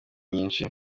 nyinshi